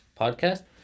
podcast